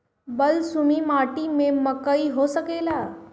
बलसूमी माटी में मकई हो सकेला?